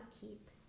keep